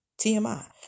TMI